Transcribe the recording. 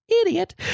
idiot